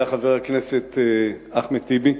היה חבר הכנסת אחמד טיבי,